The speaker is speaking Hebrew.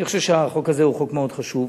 אני חושב שהחוק הזה הוא חוק מאוד חשוב.